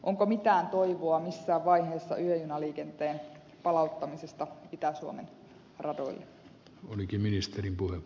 onko mitään toivoa missään vaiheessa yöjunaliikenteen palauttamisesta itä suomen radoille